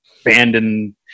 abandoned